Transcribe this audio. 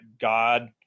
God